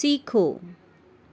سیکھو